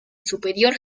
superior